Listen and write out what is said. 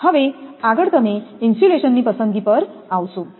હવે આગળ તમે ઇન્સ્યુલેશનની પસંદગી પર આવશો